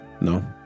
No